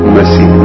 Mercy